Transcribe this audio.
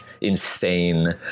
insane